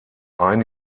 ein